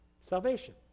Salvation